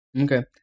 Okay